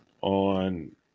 on